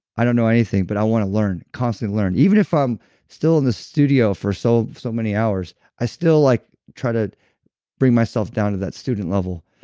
i don't know anything but i want to learn, constantly learn. even if i'm still in the studio for so so many hours, i still like try to bring myself down to that student level.